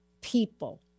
people